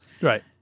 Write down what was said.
Right